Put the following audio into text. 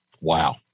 Wow